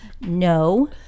no